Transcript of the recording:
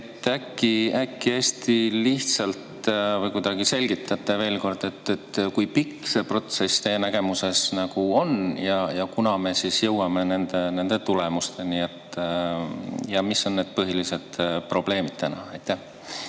Äkki te hästi lihtsalt selgitate veel kord, kui pikk see protsess teie nägemuses on ja kunas me jõuame nende tulemusteni? Ja mis on need põhilised probleemid täna? Aitäh,